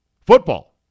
Football